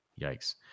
yikes